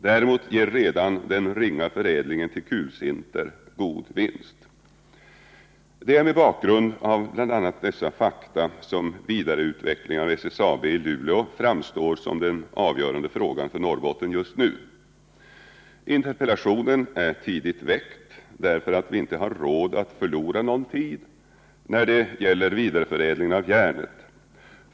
Däremot ger redan den ringa förädlingen till kulsinter god vinst. Det är mot bakgrund av bl.a. dessa fakta som vidareutvecklingen av SSAB i Luleå framstår som den avgörande frågan för Norrbotten just nu. Interpellationen är tidigt väckt just därför att vi inte har råd att förlora någon tid när det gäller vidareförädlingen av järnet.